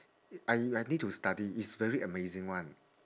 I I need to study it's very amazing one